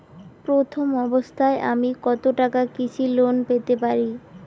প্রথম অবস্থায় আমি কত টাকা কৃষি লোন পেতে পারি?